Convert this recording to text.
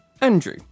Andrew